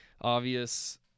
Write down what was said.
obvious